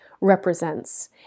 represents